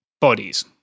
bodies